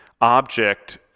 object